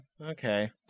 okay